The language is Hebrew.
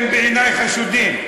הם בעיני חשודים,